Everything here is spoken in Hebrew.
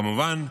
כמובן,